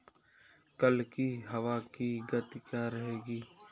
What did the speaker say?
कल की हवा की गति क्या रहेगी?